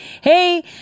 hey